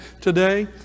today